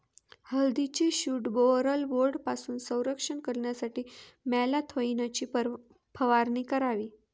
हळदीचे shoot borer बोर्डपासून संरक्षण करण्यासाठी मॅलाथोईनची फवारणी करावी